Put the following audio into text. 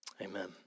Amen